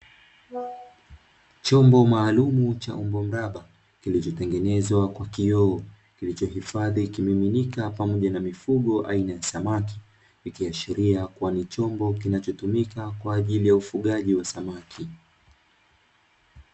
Chombo maalumu cha umbo mraba ,kilichotengezwa kwa kioo, kilichohifadhi kimiminika pamoja na mifugo aina ya samaki, ikiashiria kua ni chombo kinachotumika kwa ajili ya ufugaji wa samaki.